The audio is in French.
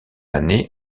année